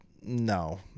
No